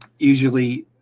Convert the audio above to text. usually,